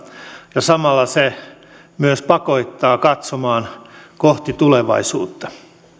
ja samalla se myös pakottaa katsomaan kohti tulevaisuutta